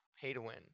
pay-to-win